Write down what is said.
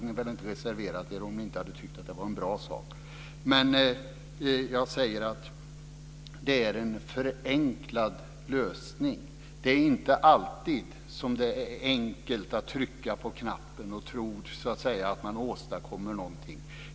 Ni hade väl inte reserverat er om ni inte hade tyckt att det var en bra sak. Jag säger att det är en förenklad lösning. Det är inte alltid så enkelt att man kan trycka på knappen och tro att man åstadkommer något.